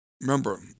remember